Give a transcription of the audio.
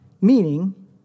meaning